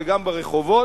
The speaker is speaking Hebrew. וגם ברחובות,